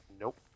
Nope